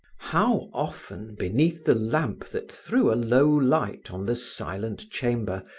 how often, beneath the lamp that threw a low light on the silent chamber,